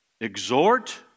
exhort